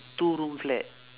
two room flat